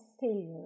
failure